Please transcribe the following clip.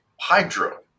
hydro